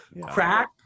Crack